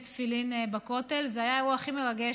תפילין בדוכן חב"ד הממוקם בנמל התעופה בן-גוריון.